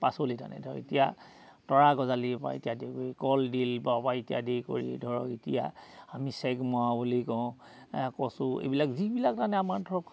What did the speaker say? পাচলি তাৰমানে ধৰক এতিয়া তৰা গজালিৰ পৰা ইত্যাদি কৰি কলডিল বা ইত্যাদি কৰি ধৰক এতিয়া আমি চেগমাও বুলি কওঁ কচু এইবিলাক যিবিলাক মানে আমাৰ ধৰক